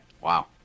Wow